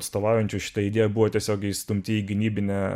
atstovaujančių šita idėja buvo tiesiog įstumti į gynybinę